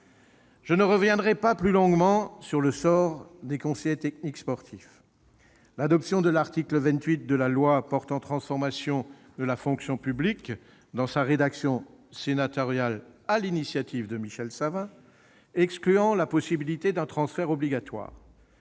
Je ne reviendrai pas plus longuement sur le sort des conseillers techniques sportifs. L'article 28 de la loi de transformation de la fonction publique, dans sa rédaction sénatoriale adoptée sur l'initiative de Michel Savin, exclut la possibilité d'un transfert obligatoire,